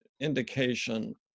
indication